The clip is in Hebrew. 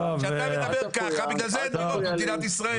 כשאתה מדבר ככה, בגלל זה אין דירות במדינת ישראל.